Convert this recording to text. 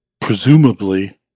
presumably